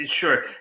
Sure